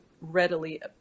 readily